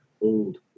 old